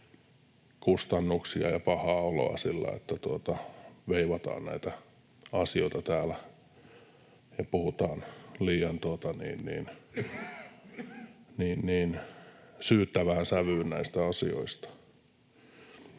kustannuksia ja nuorille pahaa oloa sillä, että veivataan näitä asioita täällä, puhutaan liian syyttävään sävyyn näistä asioista.